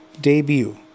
debut